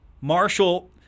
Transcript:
Marshall